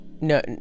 No